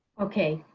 okay,